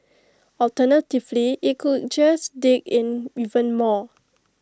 alternatively IT could just dig in even more